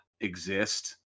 exist